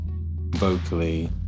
vocally